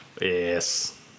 Yes